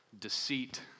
deceit